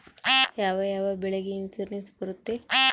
ಯಾವ ಯಾವ ಬೆಳೆಗೆ ಇನ್ಸುರೆನ್ಸ್ ಬರುತ್ತೆ?